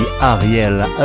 Ariel